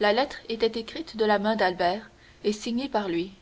la lettre était écrite de la main d'albert et signée par lui